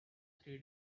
three